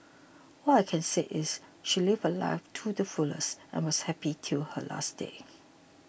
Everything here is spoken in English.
all I can say is she lived her life too the fullest and was happy till her last day